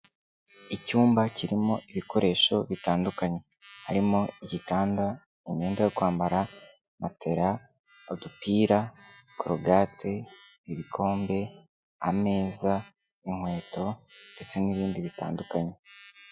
Icyumba kirimo ibikoresho bitandukanye. Harimo igitanda, imyenda yo kwambara, matera, udupira, korugate, ibikombe, ameza, inkweto ndetse n'ibindi bitandukanye.